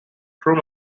crew